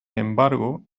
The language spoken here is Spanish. embargo